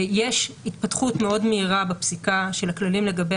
יש התפתחות מאוד מהירה בפסיקה של הכללים לגבי